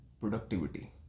productivity